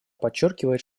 подчеркивает